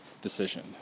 decision